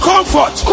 Comfort